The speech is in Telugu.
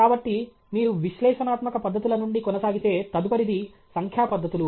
కాబట్టి మీరు విశ్లేషణాత్మక పద్ధతుల నుండి కొనసాగితే తదుపరిది సంఖ్యా పద్ధతులు